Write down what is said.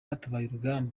baturutse